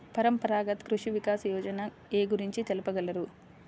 పరంపరాగత్ కృషి వికాస్ యోజన ఏ గురించి తెలుపగలరు?